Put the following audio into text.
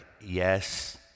yes